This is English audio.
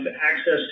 access